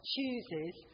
chooses